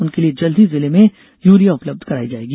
उनके लिए जल्द ही जिले में यूरिया उपलब्ध कराई जायेगी